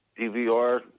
DVR